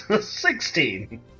Sixteen